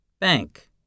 Bank